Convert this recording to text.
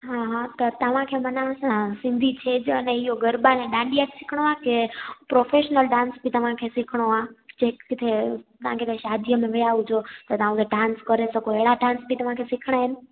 हा हा त तव्हांखे मन असां सिंधी छेज अने इहो गरबा ऐं डांडिया सिखणो आहे की प्रोफैशनल डांस बि तव्हांखे सिखणो आहे जे किथे तव्हांखे काई शादीअ में विया हुजो त तव्हां उते डांस करे सघो अहिड़ा डांस बि तव्हांखे सिखणा आहिनि